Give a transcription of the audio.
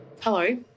Hello